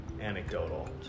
anecdotal